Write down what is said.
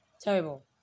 Terrible